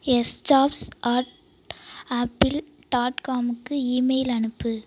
sjobs at Apple dot காமுக்கு email அனுப்பு